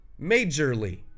Majorly